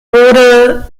wurde